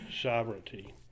sovereignty